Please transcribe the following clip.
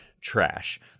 Trash